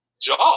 job